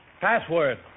Password